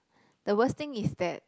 the worst thing is that